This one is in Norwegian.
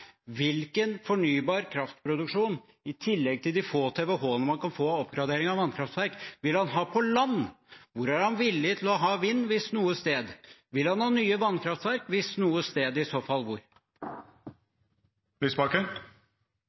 Hvilken fornybar kraft-produksjon i tillegg til de få TWh-ene man kan få ved oppgradering av vannkraftverk, vil han ha på land? Hvor er han villig til å ha vind – hvis noe sted? Vil han ha nye vannkraftverk – hvis noe sted, i så fall